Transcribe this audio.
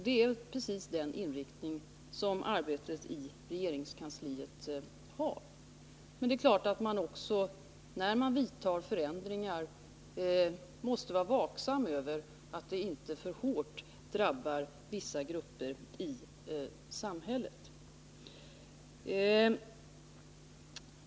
Det är precis den inriktning som arbetet i regeringskansliet har. Men det är klart att man också, när man gör förändringar, måste vara vaksam över att de inte för hårt drabbar vissa grupper i samhället.